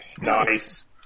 Nice